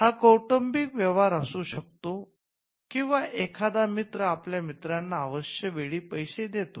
हा कौटुंबिक व्यवहार असू शकतो किंवा एखादा मित्र आपल्या मित्रांना आवश्यक वेळी पैसे देतो